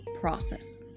process